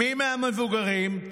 מי מהמבוגרים?